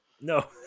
No